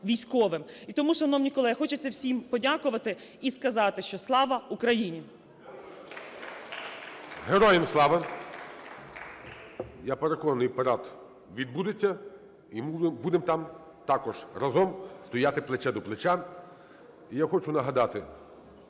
І тому, шановні колеги, хочеться всім подякувати і сказати, що слава Україні! ГОЛОВУЮЧИЙ. Героям слава! Я переконаний, парад відбудеться, і ми будемо там також разом стояти плече до плеча. І я хочу нагадати,